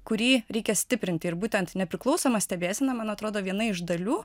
kurį reikia stiprinti ir būtent nepriklausoma stebėsena man atrodo viena iš dalių